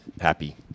happy